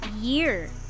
year